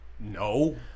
No